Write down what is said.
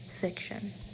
fiction